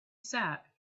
sat